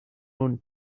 own